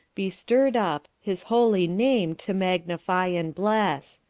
be stirred up, his holy name to magnify and bless.